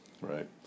Right